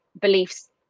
beliefs